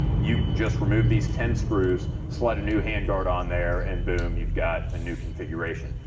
you just remove these ten screws, slide a new handguard on there, and boom, you've got a new configuration.